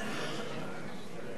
בדברים שאמר פה